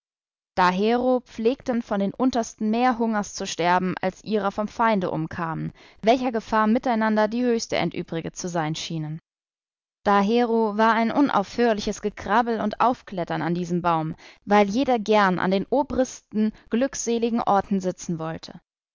dahero pflegten von den untersten mehr hungers zu sterben als ihrer vom feinde umkamen welcher gefahr miteinander die höchste entübrigt zu sein schienen dahero war ein unaufhörliches gekrabbel und aufklettern an diesem baum weil jeder gern an den obristen glückseligen orten sitzen wollte